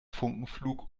funkenflug